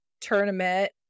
tournament